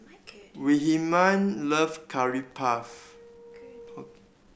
Wilhelmine love Curry Puff